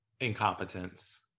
Incompetence